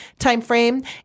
timeframe